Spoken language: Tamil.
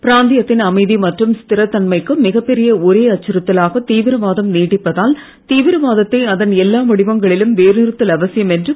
பிராந்தியத்தின் அமைதி மற்றும் ஸ்திரத்தன்மைக்கு மிகப்பெரிய ஒரே அச்சுறுத்தலாக தீவிரவாதம் நீடிப்பதால் தீவிரவாதத்தை அதன் எல்லா வடிவங்களிலும் வேரறுத்தல் அவசியம் என்று திரு